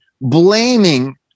blaming